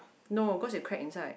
no cause it crack inside